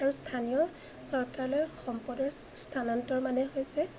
আৰু স্থানীয় চৰকাৰলৈ সম্পদৰ স্থানান্তৰ মানে হৈছে